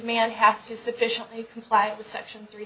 man has to sufficiently comply with section three